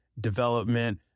development